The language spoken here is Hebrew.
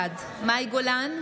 בעד מאי גולן,